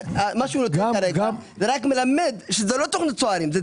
זה רק מלמד שזה לא תוכנית צוערים.